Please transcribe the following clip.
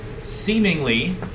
seemingly